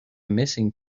missing